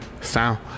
sound